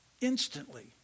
Instantly